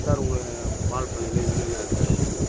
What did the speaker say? sir உங்கள் பால் பண்ணையில் என்னென்ன சார் இருக்குது இப்போ